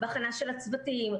בהכנה של הצוותים,